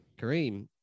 Kareem